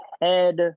head